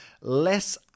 less